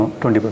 20%